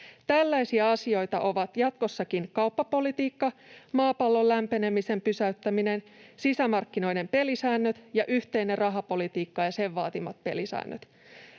Tällaisia asioita ovat jatkossakin kauppapolitiikka, maapallon lämpenemisen pysäyttäminen, sisämarkkinoiden pelisäännöt ja yhteinen rahapolitiikka ja sen vaatimat pelisäännöt.